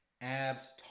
Abs